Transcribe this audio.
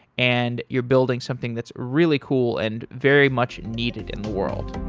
and you're building something that's really cool and very much needed in the world.